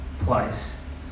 place